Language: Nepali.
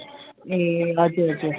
ए हजुर हजुर